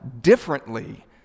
differently